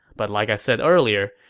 but like i said earlier,